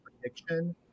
prediction